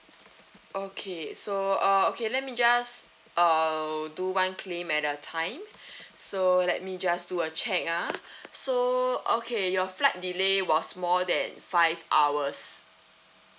okay so uh okay let me just uh do one claim at a time so let me just do a check ah so okay your flight delay was more than five hours